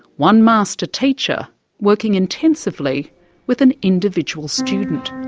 one master teacher working intensively with an individual student.